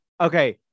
Okay